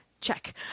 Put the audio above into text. Check